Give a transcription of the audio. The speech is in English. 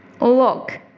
Look